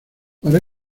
para